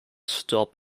stop